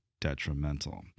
detrimental